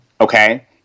okay